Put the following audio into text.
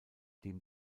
dem